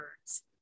words